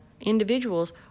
individuals